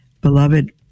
beloved